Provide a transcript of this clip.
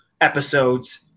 episodes